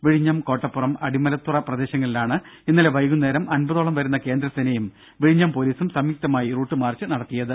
വിഴിഞ്ഞം കോട്ടപ്പുറം അടിമലത്തുറ പ്രദേശങ്ങളിലാണ് ഇന്നലെ വൈകുന്നേരം അൻപതോളം വരുന്ന കേന്ദ്ര സേനയും വിഴിഞ്ഞം പോലീസും സംയുക്തമായി റൂട്ട് മാർച്ച് നടത്തിയത്